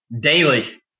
daily